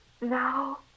Now